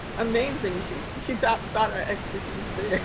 amazing. she she got got her expertise there.